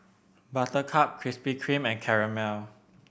Buttercup Krispy Kreme and Camel